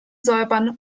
säubern